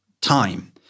time